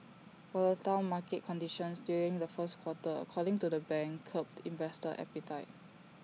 volatile market conditions during the first quarter according to the bank curbed investor appetite